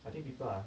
I think people are